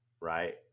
right